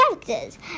Characters